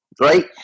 right